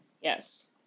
Yes